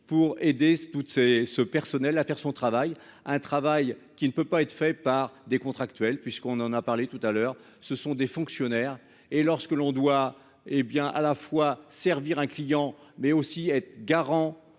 pour aider toutes ces ce personnel à faire son travail, un travail qui ne peut pas être fait par des contractuels, puisqu'on en a parlé tout à l'heure, ce sont des fonctionnaires, et lorsque l'on doit, hé bien, à la fois servir un client mais aussi être garant